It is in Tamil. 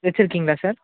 வச்சுருக்கீங்களா சார்